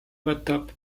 võtab